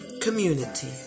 community